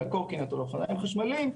לקורקינט או לאופניים החשמליים,